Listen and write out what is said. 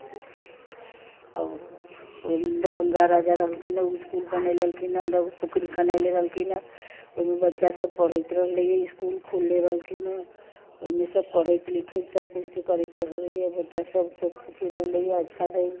अब दरभंगा राजा रहलखिन हँ ओ इसकुल बने लेलखिन हँ पोखरि खुनेने रहलखिन हँ ओहिमे बच्चा सब पढ़ैत रहलै यऽ इसकुल खोलले रहलखिन हँ ओहिमे सब पढ़ैत लिखैत सब कुछ करैत रहलै हँ बच्चा सब सब सुखी रहले हँ अच्छा